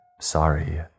Sorry